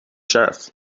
sheriff